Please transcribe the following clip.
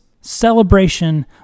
celebration